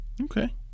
Okay